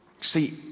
See